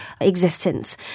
existence